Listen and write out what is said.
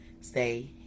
Stay